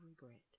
regret